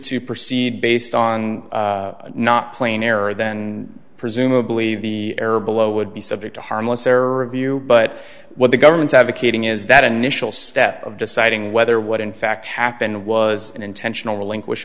to proceed based on not playing error then presumably the error below would be subject to harmless error of you but what the government advocating is that initial step of deciding whether what in fact happened was an intentional relinquish